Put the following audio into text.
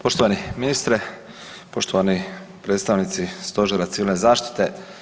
Poštovani ministre, poštovani predstavnici Stožera civilne zaštite.